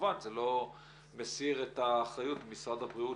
כמובן זה לא מסיר את האחריות ממשרד הבריאות